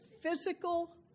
physical